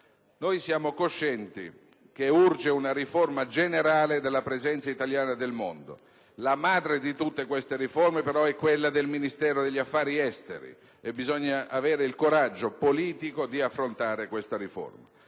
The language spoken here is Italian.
Siamo coscienti che urge una riforma generale della presenza italiana nel mondo. La madre di tutte le riforme, però, è quella del Ministero degli affari esteri, e bisogna avere il coraggio politico di affrontare questa riforma.